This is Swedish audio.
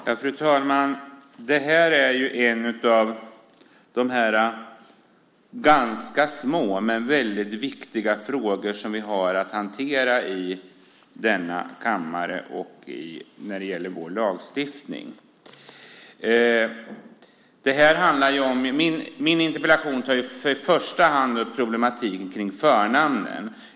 Fru talman! Det här är en av de ganska små men väldigt viktiga frågor i vår lagstiftning som vi har att hantera i denna kammare. Min interpellation tar i första hand upp problematiken kring förnamnen.